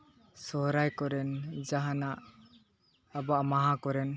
ᱥᱚᱦᱚᱨᱟᱭ ᱠᱚᱨᱮᱫ ᱡᱟᱦᱟᱱᱟᱜ ᱟᱵᱚᱣᱟᱜ ᱢᱟᱦᱟ ᱠᱚᱨᱮᱫ